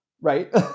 right